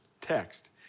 text